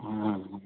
ಹಾಂ